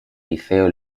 liceo